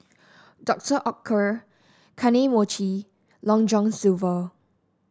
Doctor Oetker Kane Mochi Long John Silver